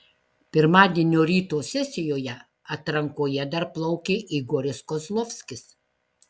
pirmadienio ryto sesijoje atrankoje dar plaukė igoris kozlovskis